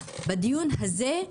בדיון הזה,